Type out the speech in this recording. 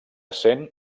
sent